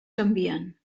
canvien